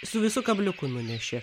su visu kabliuku nunešė